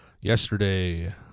Yesterday